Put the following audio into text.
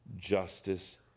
justice